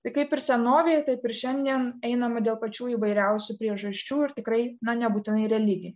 tai kaip ir senovėje taip ir šiandien einama dėl pačių įvairiausių priežasčių ir tikrai nebūtinai religinių